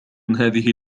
هذه